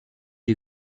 des